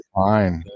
fine